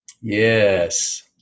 Yes